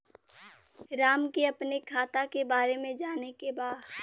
राम के अपने खाता के बारे मे जाने के बा?